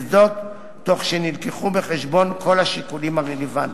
וזאת תוך שהובאו בחשבון כל השיקולים הרלוונטיים.